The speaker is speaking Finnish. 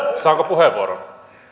saanko puheenvuoron